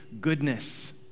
goodness